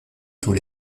tous